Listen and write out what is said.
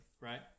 right